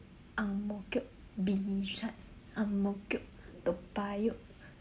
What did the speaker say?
ang-mo-kio bishan ang-mo-kio toa-payoh